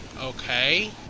okay